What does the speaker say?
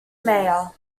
mayor